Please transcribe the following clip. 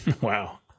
Wow